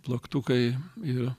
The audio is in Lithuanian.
plaktukai ir